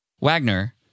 Wagner